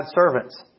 servants